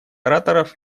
ораторов